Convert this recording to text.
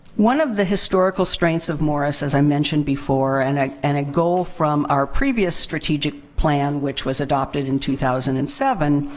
one of the historical strengths of morris, as i mentioned before, and and a goal from our previous strategic plan which was adopted in two thousand and seven,